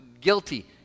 guilty